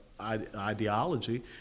ideology